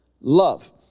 love